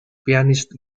pianist